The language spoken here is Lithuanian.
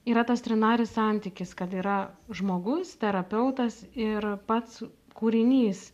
yra tas trinaris santykis kad yra žmogus terapeutas ir pats kūrinys